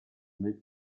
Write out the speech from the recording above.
make